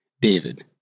David